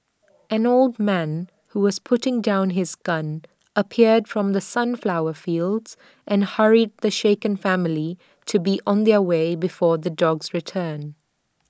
an old man who was putting down his gun appeared from the sunflower fields and hurried the shaken family to be on their way before the dogs return